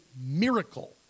miracle